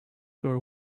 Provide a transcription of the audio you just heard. were